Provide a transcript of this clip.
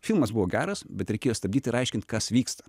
filmas buvo geras bet reikėjo stabdyt ir aiškint kas vyksta